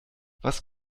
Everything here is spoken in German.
was